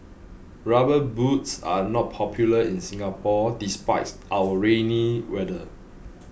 rubber boots are not popular in Singapore despite our rainy weather